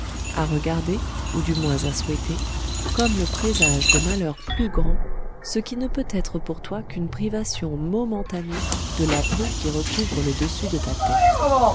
comme le présage de malheurs plus grands ce qui ne peut être pour toi qu'une privation momentanée de la peau qui recouvre le dessus de ta tête